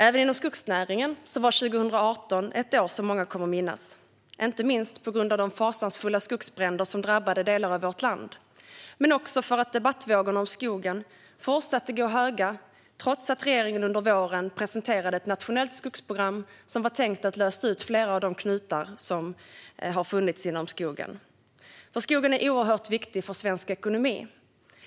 Även inom skogsnäringen var 2018 ett år som många kommer att minnas, inte minst på grund av de fasansfulla skogsbränder som drabbade delar av vårt land men också för att debattvågorna om skogen fortsatte att gå höga trots att regeringen under våren presenterade ett nationellt skogsprogram som var tänkt att lösa upp flera av de knutar som funnits inom skogen. Skogen är oerhört viktig för svensk ekonomi.